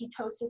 ketosis